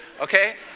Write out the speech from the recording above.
Okay